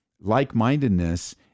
like-mindedness